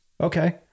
okay